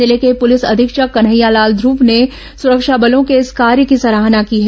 जिले के पुलिस अधीक्षक कन्हैयालाल ध्रव ने सुरक्षा बलों के इस कार्य की सराहना की है